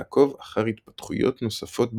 לעקוב אחר התפתחויות נוספות במיזם.